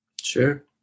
Sure